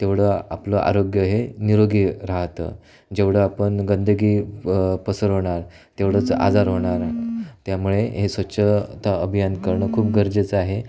तेवढं आपलं आरोग्य हे निरोगी राहतं जेवढं आपण गंदगी पसरवणार तेवढंच आजार होणार आहे त्यामुळे हे स्वच्छता अभियान करणं खूप गरजेचं आहे